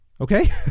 Okay